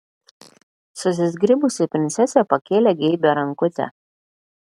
susizgribusi princesė pakėlė geibią rankutę